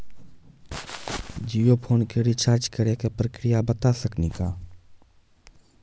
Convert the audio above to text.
Jio phone के recharge करे के का प्रक्रिया बता साकिनी का?